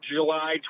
July